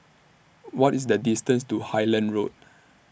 What IS The distance to Highland Road